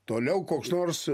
toliau koks nors